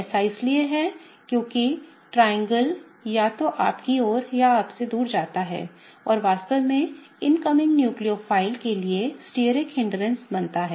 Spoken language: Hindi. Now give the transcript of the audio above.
ऐसा इसलिए है क्योंकि त्रिभुज या तो आपकी ओर या आपसे दूर हो जाता है और वास्तव में इनकमिंग न्यूक्लियोफाइल के लिए स्टायरिक बाधा बनाता है